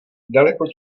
daleko